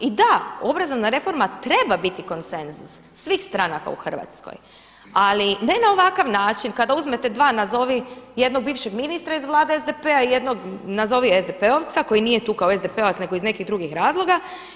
I da, obrazovna reforma treba biti konsenzus svih stranaka u Hrvatskoj, ali ne na ovakav način kada uzmete dva nazovi jednog bivšeg ministra iz Vlade SDP-a i jednog nazovi SDP-ovca koji nije tu kao SDP-ovac nego iz nekih drugih razloga.